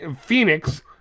Phoenix